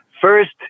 First